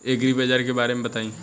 एग्रीबाजार के बारे में बताई?